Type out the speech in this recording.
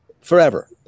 forever